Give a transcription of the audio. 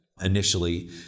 initially